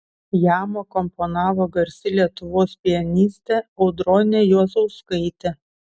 jam akompanavo garsi lietuvos pianistė audronė juozauskaitė